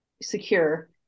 secure